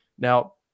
Now